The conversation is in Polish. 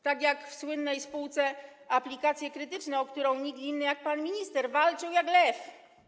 Tak jak w słynnej spółce Aplikacje Krytyczne, o którą nikt inny jak pan minister walczył jak lew.